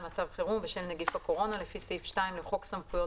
מצב חירום בשל נגיף הקורונה לפי סעיף 2 לחוק סמכויות